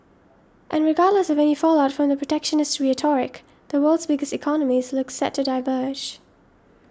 and regardless of any fallout from the protectionist rhetoric the world's biggest economies look set to diverge